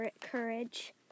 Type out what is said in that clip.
Courage